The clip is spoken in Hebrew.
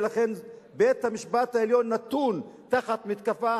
ולכן בית-המשפט העליון נתון תחת מתקפה